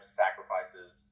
sacrifices